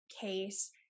case